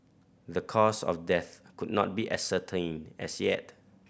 the cause of death could not be ascertained as yet